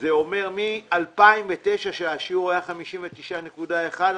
וזה אומר מ-2009, עת השיעור היה 59.1 אחוזים,